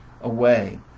away